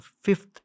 fifth